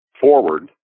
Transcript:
forward